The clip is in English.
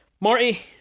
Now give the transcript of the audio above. Marty